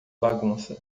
bagunça